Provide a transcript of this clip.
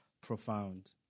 profound